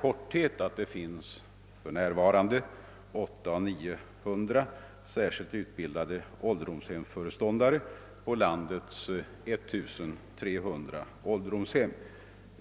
kort svara att det i dag finns 800—900 särskilt utbildade ålderdomshemsföreståndare vid landets 1300 ålderdomshem.